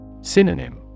Synonym